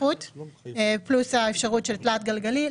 פלוס האפשרות של תחת גלגלי.